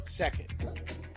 Second